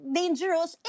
dangerous